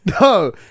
No